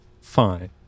Fine